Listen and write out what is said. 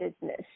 business